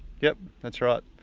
yep, that's right.